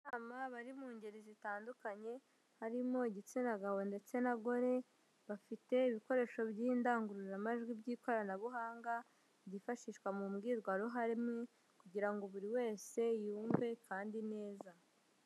Inama bari mu ngeri zitandukanye, harimo igitsina gabo ndetse na gore, bafite ibikoresho by'indangururamajwi by'ikoranabuhanga, byifashishwa mu mbwirwaruhame kugira ngo buri wese yumve kandi neza.